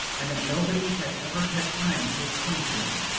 and that nobody had ever had time to explain to him.